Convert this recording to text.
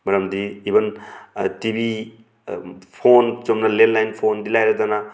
ꯃꯔꯝꯗꯤ ꯏꯕꯟ TV phone ꯆꯨꯝꯅꯩ ꯂꯦꯟ ꯂꯥꯏꯟ ꯐꯣꯟꯗꯤ ꯂꯥꯏꯔꯗꯅ